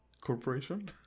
Corporation